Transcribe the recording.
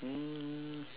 um